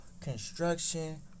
construction